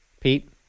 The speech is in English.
Pete